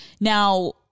now